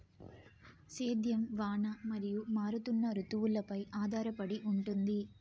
సేద్యం వాన మరియు మారుతున్న రుతువులపై ఆధారపడి ఉంటుంది